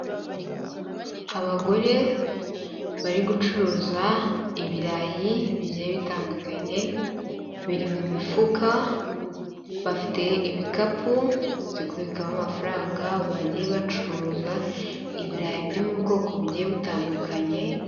Abagore bari gucuruza ibirayi bigiye bitandukanye biri mu mifuka bafite ibikapu byo kubikamo amafaranga bagiye bacuruza ibirayi biri mu mubwoko bugiye butandukanye.